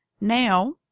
Now